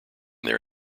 their